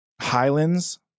Highlands